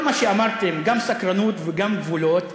כל מה שאמרתם, גם סקרנות וגם גבולות,